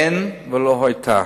אין ולא היתה